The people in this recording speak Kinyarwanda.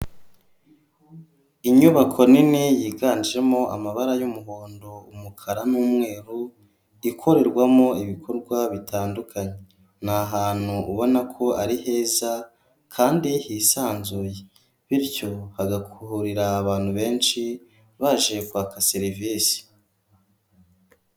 Inyubako nini yiganjemo amabara y'umuhondo, umukara n'umweru ikorerwamo ibikorwa bitandukanye, ni ahantu ubona ko ari heza kandi hisanzuye bityo hagahurira abantu benshi baje gushakaka serivisi.